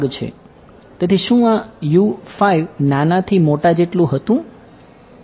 તેથી શું આ નાના થી મોટા જેટલું હતું